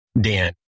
Dan